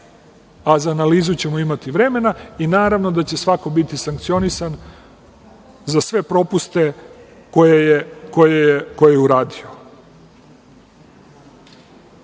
a za analizu ćemo imati vremena i, naravno, svako će biti sankcionisan za sve propuste koje je uradio. Da